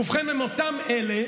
ובכן, הם אותם אלה,